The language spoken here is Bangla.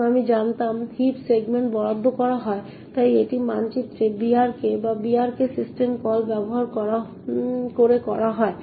এবং আমি জানতাম হিপ সেগমেন্ট বরাদ্দ করা হয় তাই এটি মানচিত্রে brk বা sbrk সিস্টেম কল ব্যবহার করে করা হয়